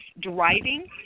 driving